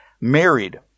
married